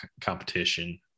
competition